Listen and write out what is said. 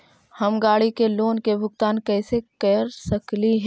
हम गाड़ी के लोन के भुगतान कैसे कर सकली हे?